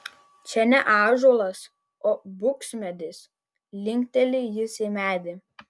čia ne ąžuolas o buksmedis linkteli jis į medį